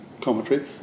commentary